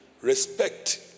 respect